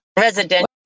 residential